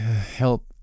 help